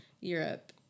Europe